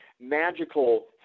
magical